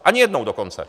Ani jednou dokonce.